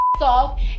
off